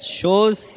shows